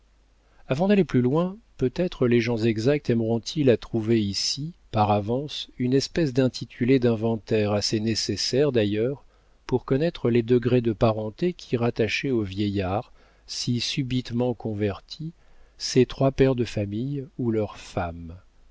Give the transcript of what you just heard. avant d'aller plus loin peut-être les gens exacts aimeront ils à trouver ici par avance une espèce d'intitulé d'inventaire assez nécessaire d'ailleurs pour connaître les degrés de parenté qui rattachaient au vieillard si subitement converti ces trois pères de famille ou leurs femmes